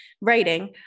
writing